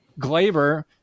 Glaber